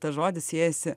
tas žodis siejasi